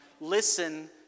listen